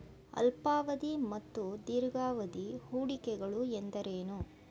ಅಲ್ಪಾವಧಿ ಮತ್ತು ದೀರ್ಘಾವಧಿ ಹೂಡಿಕೆಗಳು ಎಂದರೇನು?